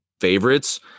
favorites